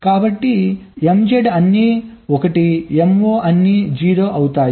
కాబట్టి MZ అన్నీ 1 MO అన్నీ 0 అవుతాయి